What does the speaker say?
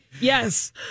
Yes